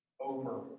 Over